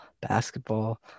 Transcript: basketball